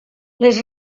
les